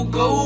go